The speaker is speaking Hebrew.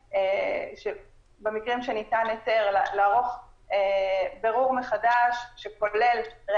במקרים שבהם ניתן היתר לערוך בירור מחדש שכולל,